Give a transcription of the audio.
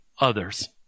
others